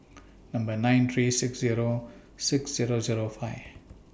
Number nine three six Zero six Zero Zero five